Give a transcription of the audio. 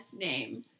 name